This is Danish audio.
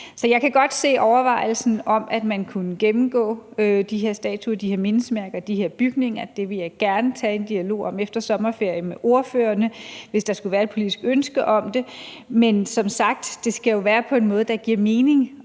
jeg kan godt se overvejelsen om, at man kunne gennemgå de her statuer og de her mindesmærker og de her bygninger – det vil jeg gerne tage en dialog om efter sommerferien med ordførerne, hvis der skulle være et politisk ønske om det. Men som sagt skal det jo være på en måde, der giver mening.